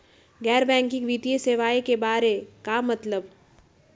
गैर बैंकिंग वित्तीय सेवाए के बारे का मतलब?